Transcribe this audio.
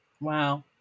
Wow